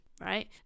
Right